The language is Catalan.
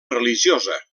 religiosa